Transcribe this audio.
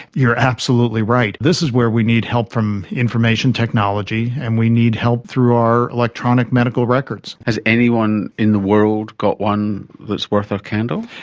you're absolutely right. this is where we need help from information technology and we need help through our electronic medical records. has anyone in the world got one that's worth a candle?